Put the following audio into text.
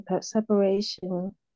separation